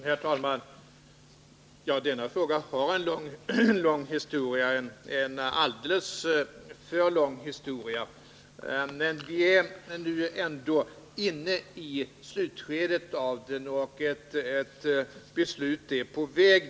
Herr talman! Denna fråga har en lång historia — en alldeles för lång. Vi är 17 emellertid nu inne i slutskedet av den, och ett beslut är på väg.